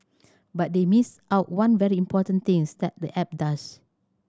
but they missed out one very important things that the app does